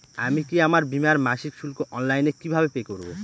আমি কি আমার বীমার মাসিক শুল্ক অনলাইনে কিভাবে পে করব?